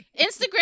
Instagram